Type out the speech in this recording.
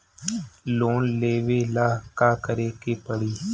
Loan लेबे ला का करे के पड़ी?